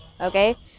okay